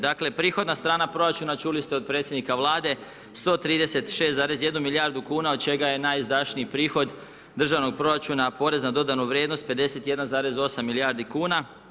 Dakle, prihoda strana proračuna čuli ste od predsjednika Vlade 136,1 milijardu kuna od čega je najizdašniji prihod državnog proračuna porez na dodanu vrijednost 51,8 milijardi kuna.